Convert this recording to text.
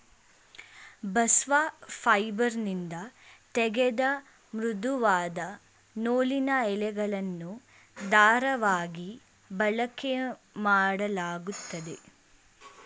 bast ಫೈಬರ್ನಿಂದ ತೆಗೆದ ಮೃದುವಾದ ನೂಲಿನ ಎಳೆಗಳನ್ನು ದಾರವಾಗಿ ಬಳಕೆಮಾಡಲಾಗುತ್ತದೆ